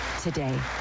today